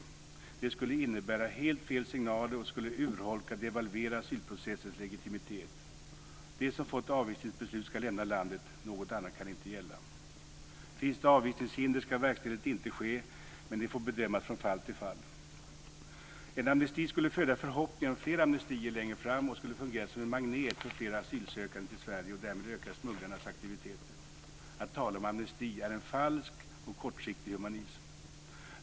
Det skulle innebära helt fel signaler och skulle urholka och devalvera asylprocessens legitimitet. De som fått avvisningsbeslut ska lämna landet. Något annat kan inte gälla. Om det finns avvisningshinder ska verkställighet inte ske, men det får bedömas från fall till fall. En amnesti skulle föda förhoppningar om flera amnestier längre fram och skulle fungera som en magnet för flera asylsökande till Sverige och därmed öka smugglarnas aktiviteter. Att tala om amnesti är en falsk och kortsiktig humanism.